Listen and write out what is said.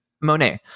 Monet